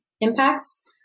impacts